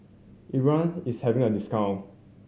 Ezerra is having a discount